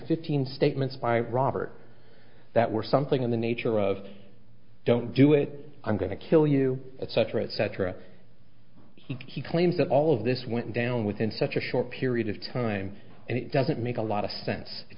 fifteen statements by robert that were something in the nature of don't do it i'm going to kill you etc etc he claims that all of this went down within such a short period of time and it doesn't make a lot of sense it